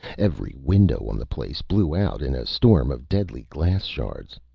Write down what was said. every window on the place blew out in a storm of deadly glass shards.